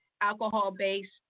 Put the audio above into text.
alcohol-based